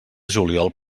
juliol